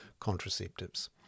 contraceptives